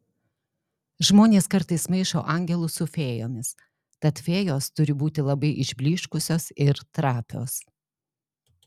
žmonės kartais maišo angelus su fėjomis tad fėjos turi būti labai išblyškusios ir trapios